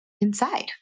inside